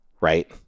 right